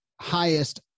highest